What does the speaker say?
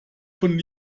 von